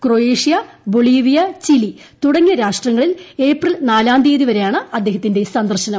ക്രൊയേ ഷ്യ Bolivia Chile തുടങ്ങിയ രാഷ്ട്രങ്ങളിൽ April നാലാം തീയതിവരെയാണ് അദ്ദേഹത്തിന്റെ സന്ദർശനം